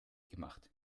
gemacht